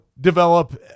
develop